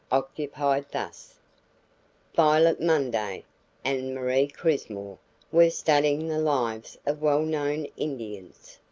occupied thus violet munday and marie crismore were studying the lives of well-known indians.